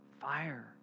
fire